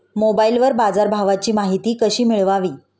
मोबाइलवर बाजारभावाची माहिती कशी मिळवावी?